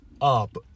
up